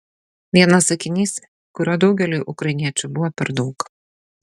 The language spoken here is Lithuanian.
vienas sakinys kurio daugeliui ukrainiečių buvo per daug